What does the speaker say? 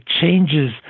changes